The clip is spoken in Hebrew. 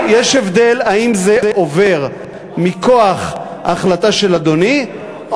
יש הבדל האם זה עובר מכוח החלטה של אדוני,